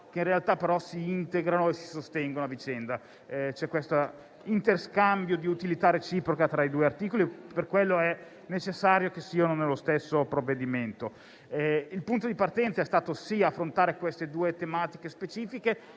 che in realtà si integrano e si sostengono a vicenda; c'è questo interscambio di utilità reciproca tra i due articoli e per questo è necessario che siano presenti nello stesso provvedimento. Il punto di partenza è stato quello di affrontare queste due tematiche specifiche,